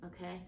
okay